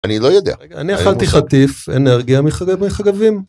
אני לא יודע. אני אכלתי חטיף אנרגיה מחגב מחגבים.